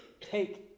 take